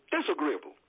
disagreeable